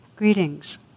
Greetings